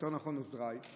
יותר נכון עוזריי,